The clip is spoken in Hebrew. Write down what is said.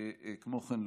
כמו כן,